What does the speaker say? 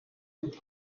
papa